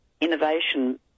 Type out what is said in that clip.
innovation